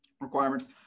requirements